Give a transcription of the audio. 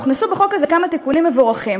הוכנסו בחוק הזה כמה תיקונים מבורכים.